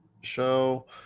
show